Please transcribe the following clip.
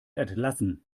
entlassen